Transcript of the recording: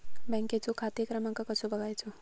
बँकेचो खाते क्रमांक कसो बगायचो?